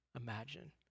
imagine